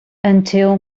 until